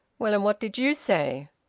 well, and what did you say?